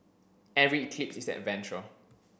every eclipse is an adventure